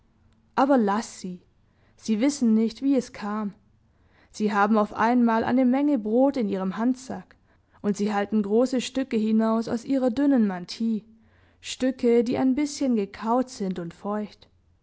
aber laß sie sie wissen nicht wie es kam sie haben auf einmal eine menge brot in ihrem handsack und sie halten große stücke hinaus aus ihrer dünnen mantille stücke die ein bißchen gekaut sind und feucht